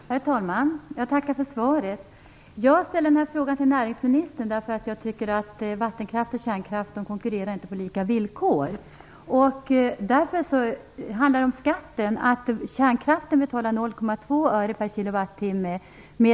Herr talman! Jag tackar för svaret. Jag ställde frågan till näringsministern därför att jag tycker att vattenkraft och kärnkraft inte konkurrerar på lika villkor. betalade man 1 öre/kWh i skatt.